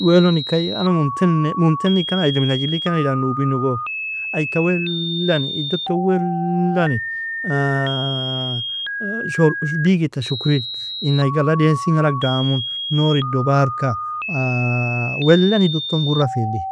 Waelon ika ai انا ممتن mumtanikan aiga minga jilikanai dari nubinogo? Ai ika wellan, idoton wellan sh- digita shukril, in aiga aladinsin galg damun, nour ido barka, wellan idoton gurafi li,